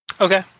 okay